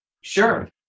Sure